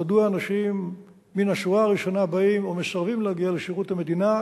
מדוע אנשים מן השורה הראשונה לא באים או מסרבים להגיע לשירות המדינה,